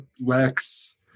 Lex